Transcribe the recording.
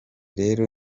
rero